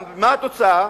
מה התוצאה?